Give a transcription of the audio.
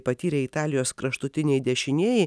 patyrę italijos kraštutiniai dešinieji